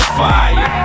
fire